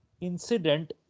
incident